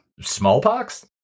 Smallpox